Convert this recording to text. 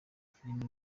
filime